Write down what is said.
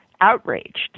outraged